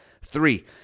Three